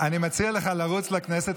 אני מציע לך לרוץ לכנסת.